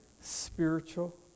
spiritual